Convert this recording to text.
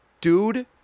Dude